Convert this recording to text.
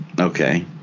Okay